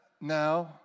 now